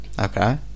Okay